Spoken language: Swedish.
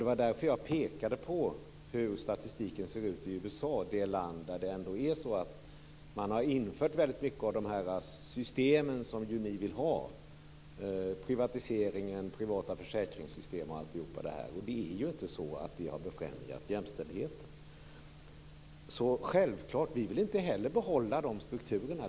Det var därför jag pekade på hur statistiken ser ut i USA, det land där man har infört väldigt mycket av de system som ni vill ha, t.ex. privatisering, privata försäkringssystem osv. Och det har inte främjat jämställdheten. Vi vill inte heller behålla de strukturerna.